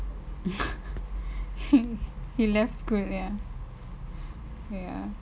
he left school ya ya